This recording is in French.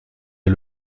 est